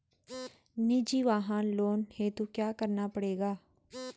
निजी वाहन लोन हेतु क्या करना पड़ेगा?